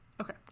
okay